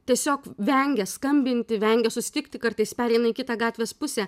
tiesiog vengia skambinti vengia susitikti kartais pereina į kitą gatvės pusę